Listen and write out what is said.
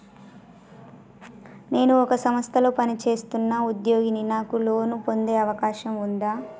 నేను ఒక సంస్థలో పనిచేస్తున్న ఉద్యోగిని నాకు లోను పొందే అవకాశం ఉందా?